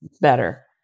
better